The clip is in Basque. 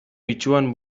itsuan